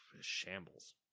shambles